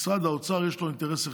משרד האוצר, יש לו אינטרס אחד,